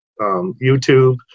YouTube